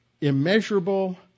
immeasurable